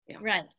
Right